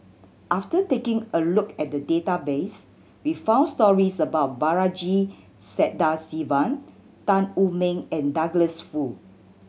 after taking a look at the database we found stories about Balaji Sadasivan Tan Wu Meng and Douglas Foo